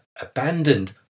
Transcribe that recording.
abandoned